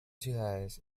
ciudades